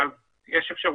יש אפשרות,